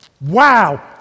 Wow